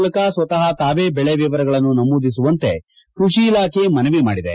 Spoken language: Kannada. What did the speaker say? ಮೂಲಕ ಸ್ವತಹ ತಾವೇ ಬೆಳೆ ವಿವರಗಳನ್ನು ನಮೂದಿಸುವಂತೆ ಕೃಷಿ ಇಲಾಖೆ ಮನವಿ ಮಾಡಿದೆ